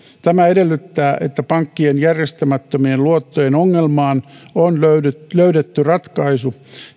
tämä edellyttää että pankkien järjestämättömien luottojen ongelmaan on löydetty löydetty ratkaisu